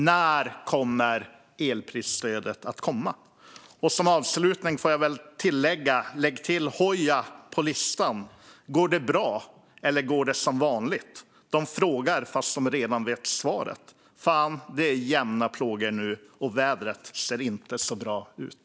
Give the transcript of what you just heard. När kommer elprisstödet att komma? Som avslutning får jag väl tillägga: Lägg till Hooja på listan! Går det braEller går det som vanligtDe frågar fast de redan vet svaretFan det är jämna plågor nuOch vädret ser inte så bra ut